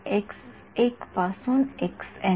विद्यार्थीः संदर्भः वेळ १९०८